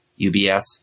UBS